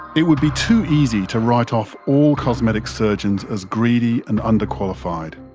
it would be too easy to write off all cosmetic surgeons as greedy and under-qualified.